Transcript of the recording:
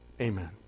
Amen